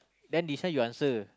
then this one you answer